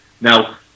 Now